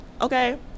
okay